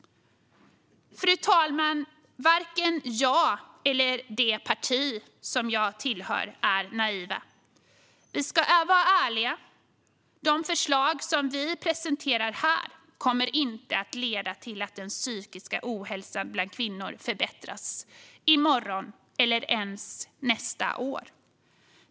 Fru talman! Varken jag eller det parti som jag tillhör är naiva. Vi ska vara ärliga. De förslag som vi presenterar här kommer inte att leda till att den psykiska ohälsan bland kvinnor förbättras i morgon eller ens nästa år.